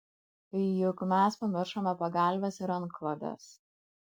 juk mes pamiršome pagalves ir antklodes